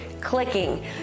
Clicking